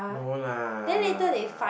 no lah